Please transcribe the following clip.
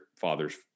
fathers